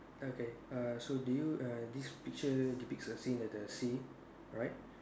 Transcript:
okay err so do you err this picture depicts a scene at the sea right